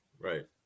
Right